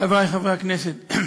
חברי חברי הכנסת,